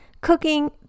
cooking